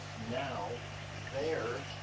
now there,